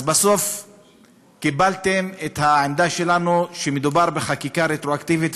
בסוף קיבלתם את העמדה שלנו שמדובר בחקיקה רטרואקטיבית,